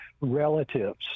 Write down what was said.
relatives